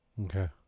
Okay